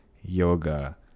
yoga